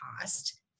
cost